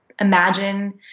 imagine